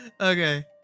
okay